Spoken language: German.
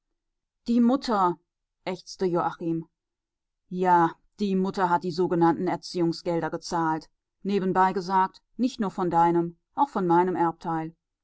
die mutter ächzte joachim ja die mutter hat die sogenannten erziehungsgelder gezahlt nebenbei gesagt nicht nur von deinem auch von meinem erbteil